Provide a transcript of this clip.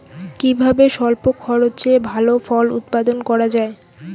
কিভাবে স্বল্প খরচে ভালো ফল উৎপাদন করা যায়?